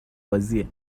بازیه